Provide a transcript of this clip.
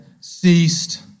ceased